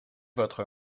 votre